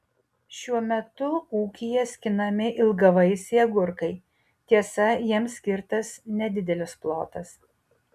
šiuo metu ūkyje skinami ilgavaisiai agurkai tiesa jiems skirtas nedidelis plotas